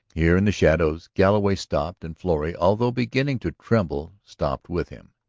here, in the shadows, galloway stopped and florrie, although beginning to tremble, stopped with him.